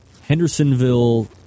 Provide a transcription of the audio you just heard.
Hendersonville